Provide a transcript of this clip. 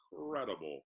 incredible